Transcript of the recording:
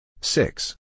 Six